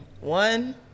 One